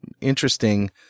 interesting